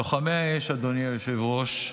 לוחמי האש, אדוני היושב-ראש,